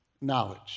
knowledge